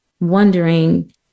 wondering